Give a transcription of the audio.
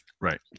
right